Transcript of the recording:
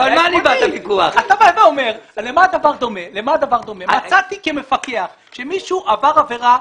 אתה בא ואומר שמצאתי כמפקח שמישהו עבר עבירה.